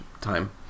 time